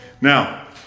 Now